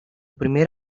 primer